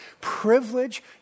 privilege